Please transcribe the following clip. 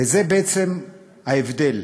וזה בעצם ההבדל.